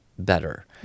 better